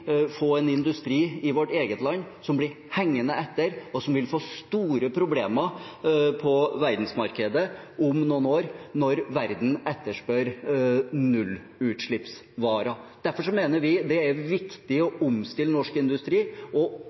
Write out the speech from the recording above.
få en industri i vårt eget land som blir hengende etter, og som vil få store problemer på verdensmarkedet om noen år, når verden etterspør nullutslippsvarer. Derfor mener vi det er viktig å omstille norsk industri bort fra olje- og